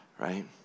right